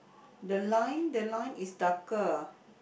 the line the line is darker